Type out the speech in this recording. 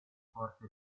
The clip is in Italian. porta